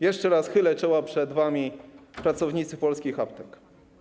Jeszcze raz chylę czoła przed wami, pracownicy polskich aptek.